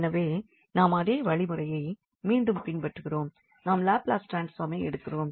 எனவே நாம் அதே வழி முறையை மீண்டும் பின்பற்றுகிறோம் நாம் லாப்லஸ் ட்ரான்ஸ்பார்ம்மை எடுக்கிறோம்